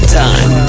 time